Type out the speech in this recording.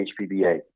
HPBA